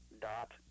dot